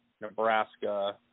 Nebraska